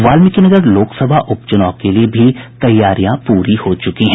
वाल्मीकिनगर लोकसभा उप चुनाव के लिए भी तैयारियां प्ररी को च्रकी है